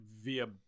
Via